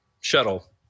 shuttle